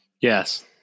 yes